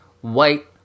white